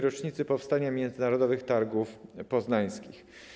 Rocznicy powstania Międzynarodowych Targów Poznańskich.